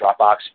dropbox